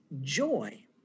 joy